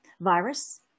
virus